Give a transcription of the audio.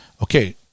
okay